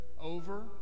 over